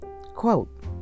quote